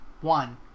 One